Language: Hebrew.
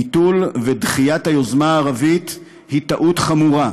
ביטול ודחייה של היוזמה הערבית הם טעות חמורה.